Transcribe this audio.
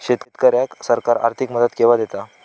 शेतकऱ्यांका सरकार आर्थिक मदत केवा दिता?